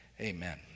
Amen